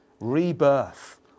Rebirth